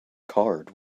card